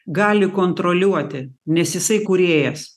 gali kontroliuoti nes jisai kūrėjas